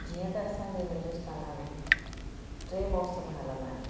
जीअं त असांजे हिंदुस्तान में टे मौसमु हलंदा आहिनि